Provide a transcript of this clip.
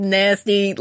nasty